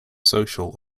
social